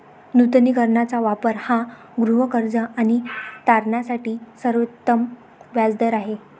नूतनीकरणाचा वापर हा गृहकर्ज आणि तारणासाठी सर्वोत्तम व्याज दर आहे